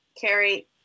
Carrie